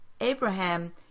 Abraham